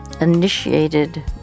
initiated